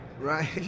Right